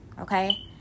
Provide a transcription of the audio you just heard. okay